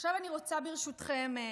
עכשיו אני רוצה, ברשותכם,